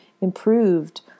improved